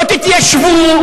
לא תתיישבו,